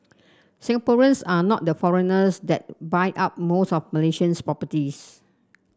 Singaporeans are not the foreigners that buy up most of Malaysia's properties